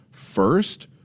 First